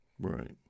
Right